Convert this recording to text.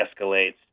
escalates